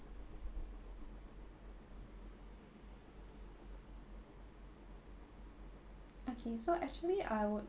okay so actually I would